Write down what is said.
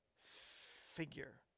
figure